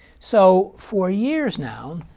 so for years now,